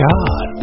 God